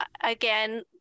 again